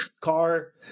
Car